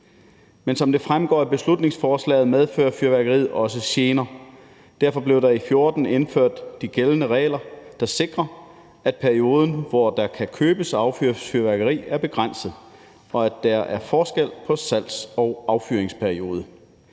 Men som det fremgår af beslutningsforslaget, medfører fyrværkeriet også gener. Derfor blev der i 2014 indført de gældende regler, der sikrer, at perioden, hvor der kan købes og affyres fyrværkeri, er begrænset, og at der er forskel på salgs- og affyringsperiode.